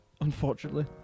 unfortunately